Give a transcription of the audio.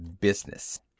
business